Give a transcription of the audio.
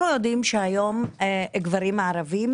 אנחנו יודעים שהיום גברים ערבים,